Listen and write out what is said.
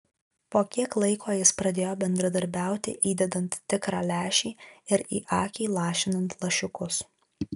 po kiek laiko jis pradėjo bendradarbiauti įdedant tikrą lęšį ir į akį lašinant lašiukus